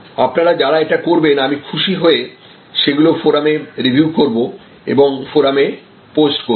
আপনারা যারা এটা করবেন আমি খুশি হয়ে সেগুলো ফোরামে রিভিউ করব এবং ফোরামে পোস্ট করব